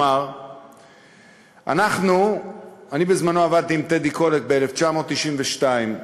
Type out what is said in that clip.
בזמנו עבדתי עם טדי קולק, ב-1992,